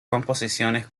composiciones